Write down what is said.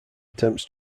attempts